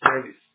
service